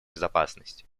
безопасности